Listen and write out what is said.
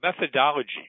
methodology